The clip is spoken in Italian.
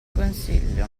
consiglio